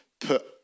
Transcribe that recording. put